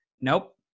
Nope